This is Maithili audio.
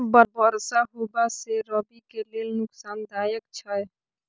बरसा होबा से रबी के लेल नुकसानदायक छैय?